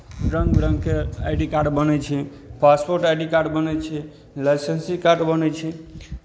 रङ्ग बिरङ्गके I D card बनै छै पासपोर्ट आई डी कार्ड बनै छै लाइसेंसी कार्ड बनै छै